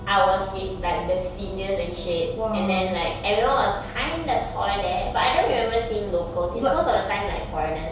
I was with like the seniors and shit and then like everyone was kind of tall there but I don't remember seeing locals it's most of the time like foreigners